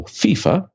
fifa